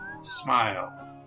smile